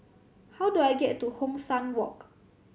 how do I get to Hong San Walk